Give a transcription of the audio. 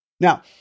Now